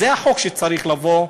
זה החוק שצריך לבוא,